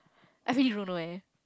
I really don't know eh